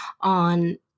on